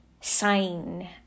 sign